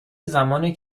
زمان